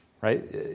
Right